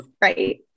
right